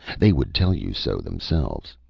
they would tell you so themselves.